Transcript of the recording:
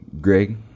Greg